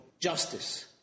Justice